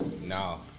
No